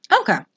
Okay